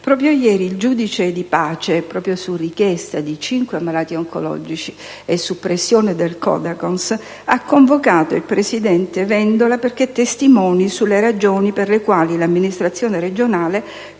situazione - il giudice di pace, su richiesta di cinque malati oncologici e su pressione del Codacons ha convocato il presidente Vendola perché testimoni sulle ragioni per le quali l'amministrazione regionale